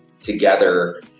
together